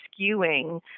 skewing